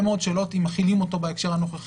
הוא מעורר הרבה מאוד שאלות אם מחילים אותו בהקשר הנוכחי,